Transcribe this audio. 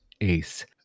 ace